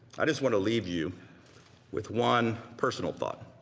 i just want to leave you with one personal thought.